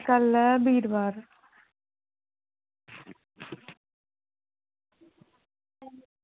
कल्ल ऐ बीरवार